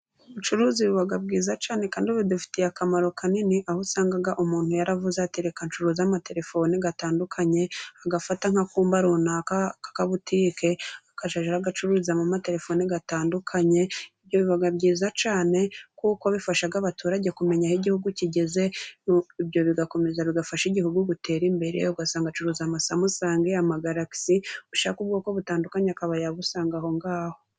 ubucuruzi buba bwiza cyane kandi budufitiye akamaro kanini aho usanga umuntu yaravuze ati reka nshuruze amatelefoni atandukanye agafata nk'akumba runaka kaka butike akajya j Acururizamo amatelefone atandukanye ibyo biba byiza cyane kuko bifasha abaturage kumenya aho igihugu kigeze ibyo bigakomeza bigafasha igihugu gutera imbere ugasanga acuruza amasumsang usangagehamagara axi u ushakake ubwoko butandukanye akaba yagusanga aho ngaho